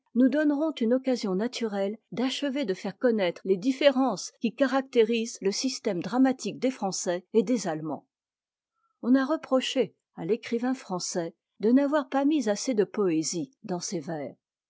nous donneront une occasion naturelle d'achever de faire connaître les différences qui caractérisent le système dramatique des français et des allemands on a reproché à l'écrivain français de n'avoir pas mis assez de poésie dans ses vers